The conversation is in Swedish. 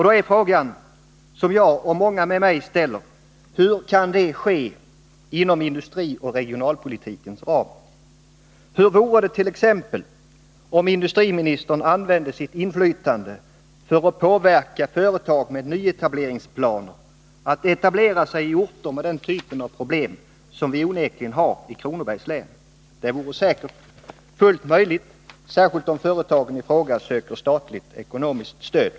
Då är frågan, som jag och många med mig ställer: Hur kan detta ske inom industrioch regionalpolitikens ram? Hur vore dett.ex. om industriministern använde sitt inflytande för att påverka företag med nyetableringsplaner att etablera sig i orter med den typ av problem som vi har i Kronobergs län? Det vore säkert fullt möjligt, särskilt om företagen i fråga söker statligt ekonomiskt stöd.